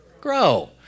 grow